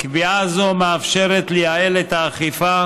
קביעה זו מאפשרת לייעל את האכיפה,